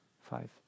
five